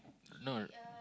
no